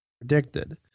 predicted